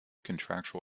contractual